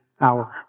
hour